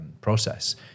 process